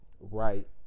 Right